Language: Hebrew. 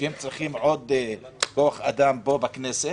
פה בכנסת,